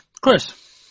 Chris